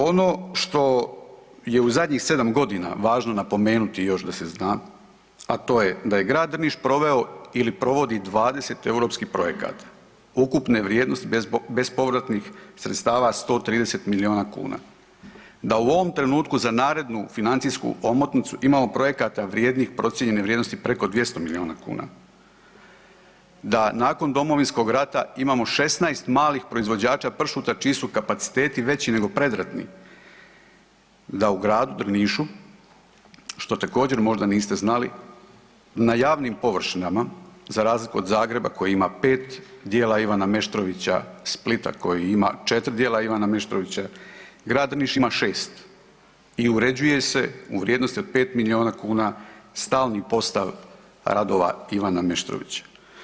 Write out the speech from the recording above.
Ono što je u zadnjih 7 godina važno napomenuti još da se zna, a to je da je grad Drniš proveo ili provodi 20 europskih projekata ukupne vrijednosti bespovratnih sredstava 130 miliona kuna, da u ovom trenutku za narednu financijsku omotnicu imamo projekata vrijednih procijenjene vrijednosti preko 200 miliona kuna, da nakon Domovinskog rata imamo 16 malih proizvođača pršuta čiji su kapaciteti veći nego predratni, da u gradu Drnišu što također možda niste znali na javnim površinama za razliku od Zagreba koji ima 5 djela Ivana Meštrovića, Splita koji ima 4 djela Ivana Meštrovića, grad Drniš ima 6 i uređuje se u vrijednosti od 5 miliona kuna stalni postav radova Ivana Meštrovića.